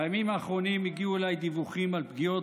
בימים האחרונים הגיעו אליי דיווחים על פגיעות